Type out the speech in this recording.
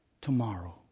tomorrow